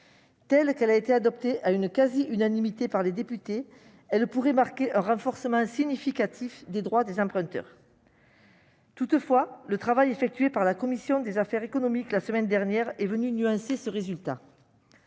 Telle qu'elle a été adoptée à la quasi-unanimité par les députés, elle pourrait marquer un renforcement significatif des droits des emprunteurs. Toutefois, le travail accompli par la commission des affaires économiques, la semaine dernière, est venu nuancer ce résultat.